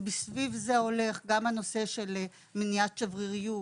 שסביב זה הולך גם הנושא של מניעת שבריריות,